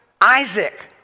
Isaac